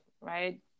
right